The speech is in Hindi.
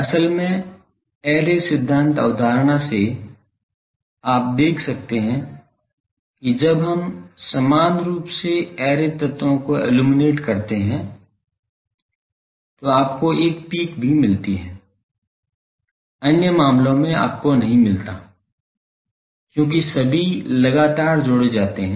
असल में ऐरे सिद्धांत अवधारणा से आप देख सकते हैं कि जब हम समान रूप से ऐरे तत्वों को इल्लुमिनेट करते हैं तो आपको एक पीक भी मिलती है अन्य मामलों में आपको नहीं मिलता क्योंकि सभी लगातार जोड़े जाते हैं